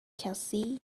cassie